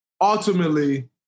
Ultimately